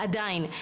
אבל עדיין,